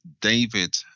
David